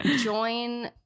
Join